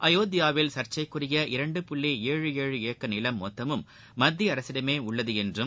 அயோத்தியாவில் சர்ச்சைக்குரிய இரண்டு புள்ளி ஏழு ஏழு ஏக்கர் நிலம் மொத்தமும் மத்திய அரசிடமே உள்ளது என்றும்